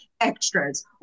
extras